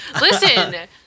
Listen